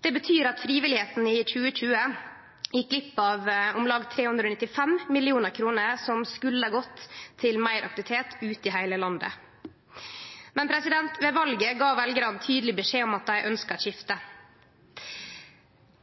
Det betyr at frivilligheita i 2020 gjekk glipp av om lag 395 mill. kr som skulle ha gått til meir aktivitet ute i heile landet. Men ved valet gav veljarane tydeleg beskjed om at dei ønskte eit skifte,